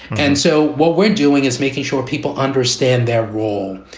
and so what we're doing is making sure people understand their role.